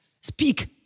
Speak